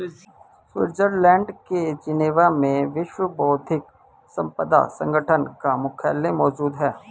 Switzerland के Geneva में विश्व बौद्धिक संपदा संगठन का मुख्यालय मौजूद है